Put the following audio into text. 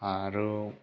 फारौ